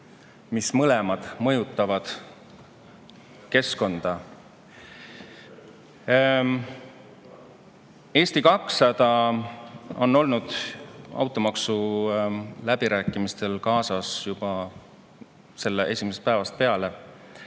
mis mõlemad mõjutavad keskkonda. Eesti 200 on olnud automaksu läbirääkimistel osaleja juba nende esimesest päevast peale